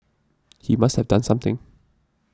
he must have done something